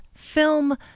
Film